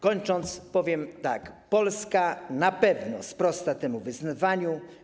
Kończąc, powiem tak: Polska na pewno sprosta temu wyzwaniu.